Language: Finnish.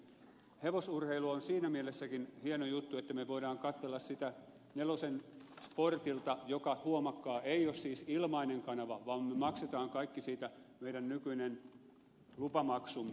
hevosurheilu on siinäkin mielessä hieno juttu että me voimme katsella sitä nelonen sportilta joka huomatkaa ei ole siis ilmainen kanava vaan me maksamme kaikki siitä nykyisen lupamaksumme